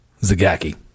Zagaki